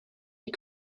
die